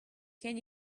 can